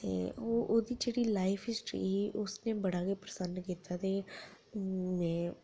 ओह् दी जेह्ड़ी लाईफ हिस्टरी ही उसगी बड़ा गै पसंद कीता ते में